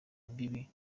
imbibi